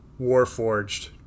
Warforged